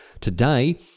today